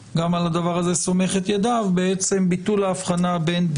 זה הפער הגדול כרגע בין שתי ההצעות.